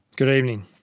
good evening.